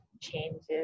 changes